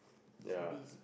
ya